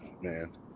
man